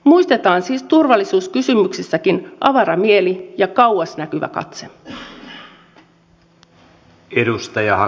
muistetaan siis turvallisuuskysymyksissäkin avara mieli ja kauas näkevä katse